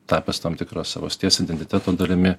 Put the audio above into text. tapęs tam tikra savasties identiteto dalimi